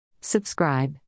Subscribe